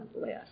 list